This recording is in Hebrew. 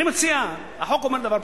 אני מציע, החוק אומר דבר פשוט: